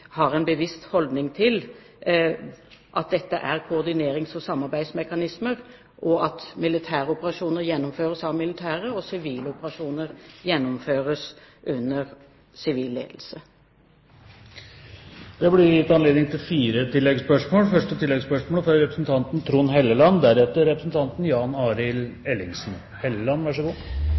har en bevisst holdning til at dette er koordinerings- og samarbeidsmekanismer, og at militære operasjoner gjennomføres av militære og sivile operasjoner gjennomføres under sivil ledelse. Det blir gitt anledning til fire oppfølgingsspørsmål – først Trond Helleland.